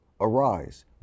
Arise